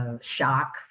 Shock